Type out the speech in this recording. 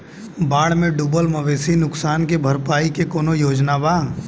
बाढ़ में डुबल मवेशी नुकसान के भरपाई के कौनो योजना वा?